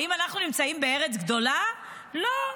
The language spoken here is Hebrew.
לא,